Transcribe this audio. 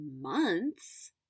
months